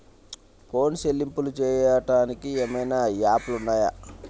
Phone చెల్లింపులు చెయ్యటానికి ఏవైనా యాప్లు ఉన్నాయా?